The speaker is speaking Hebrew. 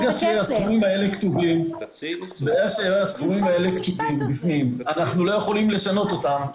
ברגע שהסכומים האלו כתובים אנחנו לא יכולים לשנות אותם.